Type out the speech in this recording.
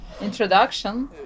introduction